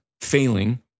failing